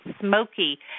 smoky